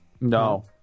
No